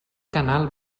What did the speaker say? canal